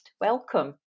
Welcome